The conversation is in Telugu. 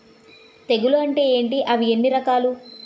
తెగులు అంటే ఏంటి అవి ఎన్ని రకాలు?